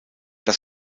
das